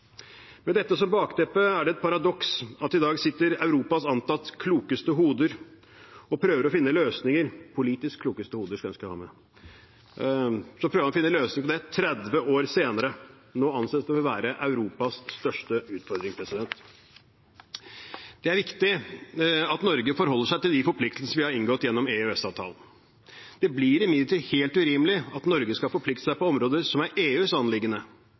Med dette som bakteppe er det et paradoks at Europas antatt politisk klokeste hoder i dag sitter og prøver å finne løsninger på det 30 år senere. Nå anses det for å være Europas største utfordring. Det er viktig at Norge forholder seg til de forpliktelsene vi har inngått gjennom EØS-avtalen. Det blir imidlertid helt urimelig at Norge skal forplikte seg på områder som er EUs